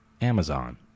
Amazon